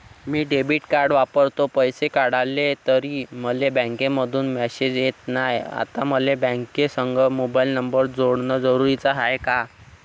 मी debit card वापरतो, पैसे काढले तरी मले बँकेमंधून मेसेज येत नाय, आता मले बँकेसंग मोबाईल नंबर जोडन जरुरीच हाय का?